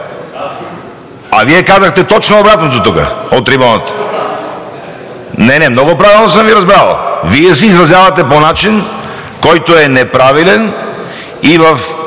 А Вие казахте точно обратното тук от трибуната. Не, не, много правилно съм Ви разбрал. Вие се изразявате по начин, който е неправилен и във